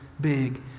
big